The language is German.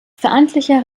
verantwortlicher